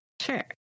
Sure